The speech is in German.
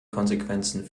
konsequenzen